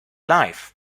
live